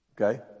Okay